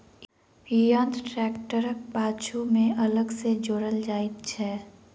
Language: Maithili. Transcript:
ई यंत्र ट्रेक्टरक पाछू मे अलग सॅ जोड़ल जाइत छै